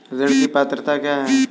ऋण की पात्रता क्या है?